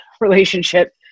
relationship